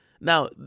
now